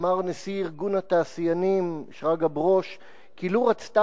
אבו מאזן